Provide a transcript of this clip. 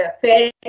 fair